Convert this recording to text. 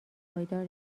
پایدار